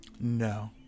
No